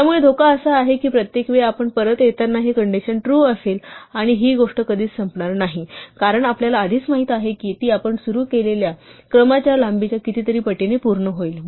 त्यामुळे धोका असा आहे की प्रत्येक वेळी आपण परत येताना ही कंडिशन ट्रू असेल आणि ही गोष्ट कधीच संपणार नाही कारण आपल्याला आधीच माहित आहे की ती आपण सुरू केलेल्या क्रमाच्या लांबीच्या कितीतरी पटीने पूर्ण होईल